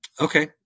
okay